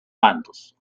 bandos